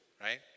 Right